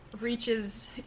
reaches